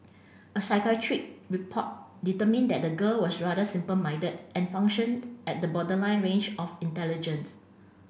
a psychiatric report determined that the girl was rather simple minded and functioned at the borderline range of intelligence